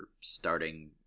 starting